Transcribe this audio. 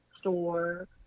store